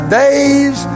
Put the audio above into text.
days